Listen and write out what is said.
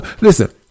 Listen